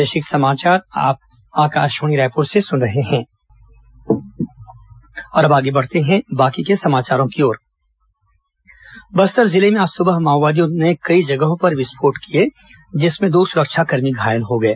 माओवादी वारदात बस्तर जिले में आज सुबह माओवादियों ने कई जगहों पर विस्फोट किए जिसमें दो सुरक्षाकर्मी घायल हो गए